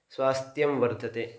स्वास्थ्यं वर्धते